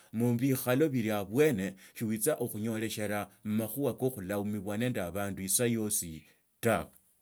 Mubikhalo bili abwani suwits ukhunyolishia mumakhuha ku khulaumibwa nindi abande isao yosi tawe.